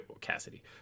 cassidy